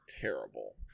terrible